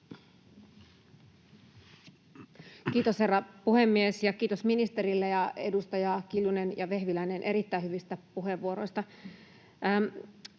Kiitos, herra puhemies! Kiitos ministerille ja edustajille Kiljunen ja Vehviläinen erittäin hyvistä puheenvuoroista.